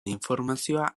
informazioa